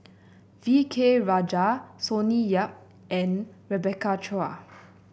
V K Rajah Sonny Yap and Rebecca Chua